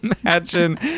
imagine